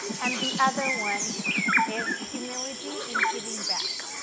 and the other one is humility in giving back.